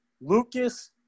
Lucas